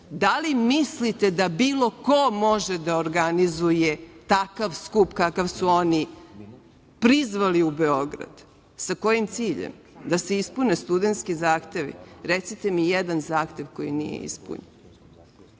Da li mislite da bilo ko može da organizuje takav skup kakav su oni prizvali u Beograd? Sa kojim ciljem? Da se ispune studentski zahtevi. Recite mi jedan zahtev koji nije ispunjen. Prošle